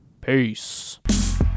peace